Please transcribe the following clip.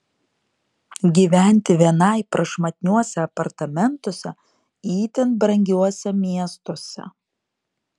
gyventi vienai prašmatniuose apartamentuose itin brangiuose miestuose